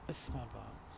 a small box